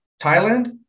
Thailand